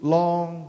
long